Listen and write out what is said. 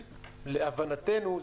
להבנתנו,